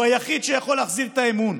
והוא היחיד שיכול להחזיר את האמון.